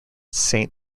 saint